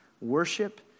worship